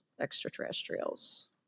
extraterrestrials